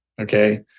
Okay